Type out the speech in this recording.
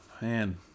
Man